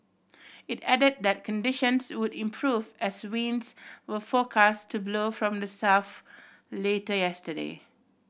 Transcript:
it added that conditions would improve as winds were forecast to blow from the south later yesterday